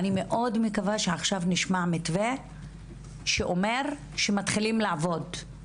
אני מאוד מקווה שעכשיו נשמע מתווה שאומר שעכשיו מתחילים לעבוד.